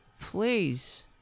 Please